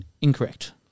Incorrect